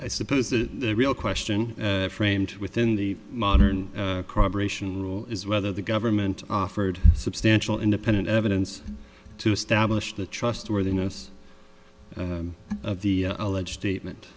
i suppose the real question framed within the modern corporation will is whether the government offered substantial independent evidence to establish the trustworthiness of the alleged statement